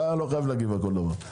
אתה לא חייב להגיב על כל דבר.